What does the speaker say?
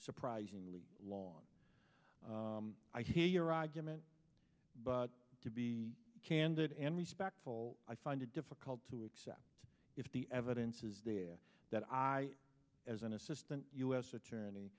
surprisingly long i hear your argument but to be candid and respectful i find it difficult to accept if the evidence is there that i as an assistant u s attorney